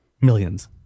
millions